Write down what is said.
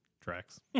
tracks